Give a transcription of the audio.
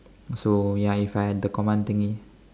so ya if I had the command thingy